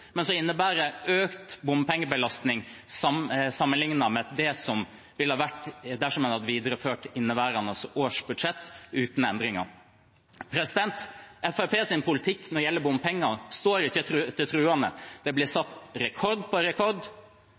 men som innebærer økt bompengebelastning sammenlignet med det som ville vært dersom en hadde videreført inneværende års budsjett uten endringer. Fremskrittspartiets politikk når det gjelder bompenger, står ikke til troende. Det blir satt rekord på rekord.